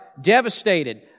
devastated